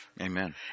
Amen